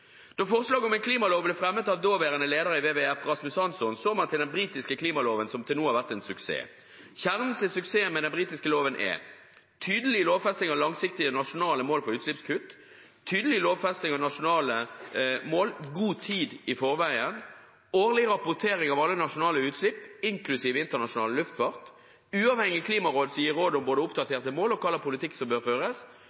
Da forslaget om en klimalov ble fremmet av daværende leder i WWF, Rasmus Hansson, så man til den britiske klimaloven som til nå har vært en suksess. Kjernen til suksessen med den britiske loven er tydelig lovfesting av langsiktige nasjonale mål for utslippskutt, tydelig lovfesting av nasjonale mål god tid i forveien, årlig rapportering av alle nasjonale utslipp inklusiv internasjonal luftfart, et uavhengig klimaråd som gir råd om både